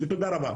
תודה רבה.